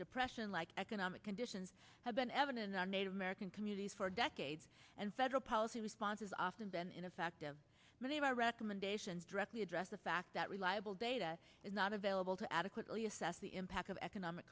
depression like economic conditions have been evident in our native american communities for decades and federal policy responses often been in effect of many of our recommendations directly address the fact that reliable data is not available to adequately assess the impact of economic